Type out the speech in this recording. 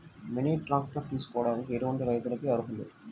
Mini tractor తీసుకోవడానికి ఎటువంటి రైతులకి అర్హులు?